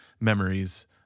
memories